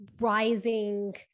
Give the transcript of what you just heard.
rising